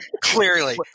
clearly